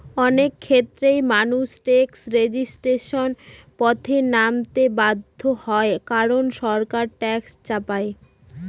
অনেক ক্ষেত্রেই মানুষ ট্যাক্স রেজিস্ট্যান্সের পথে নামতে বাধ্য হয় কারন সরকার ট্যাক্স চাপায়